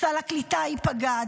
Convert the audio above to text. סל הקליטה ייפגע,